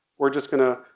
we're just gonna,